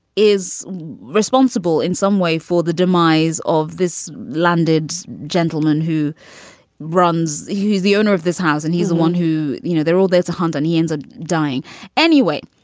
is responsible in some way for the demise of this landed gentleman who runs, who's the owner of this house. and he's the one who, you know, they're all there to hunt and he ends up dying anyway.